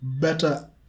better